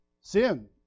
Sin